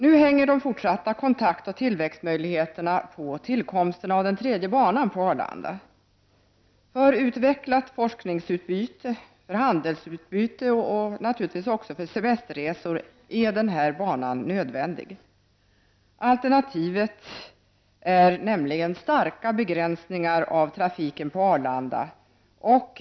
Nu hänger de fortsatta kontaktoch tillväxtmöjligheterna på tillkomsten av den tredje banan på Arlanda. För utvecklat forskningsutbyte, handelsutbyte och naturligtvis också för semesterresor är denna bana nödvändig. Alternativet är nämligen starka begränsningar av trafiken på Arlanda.